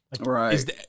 right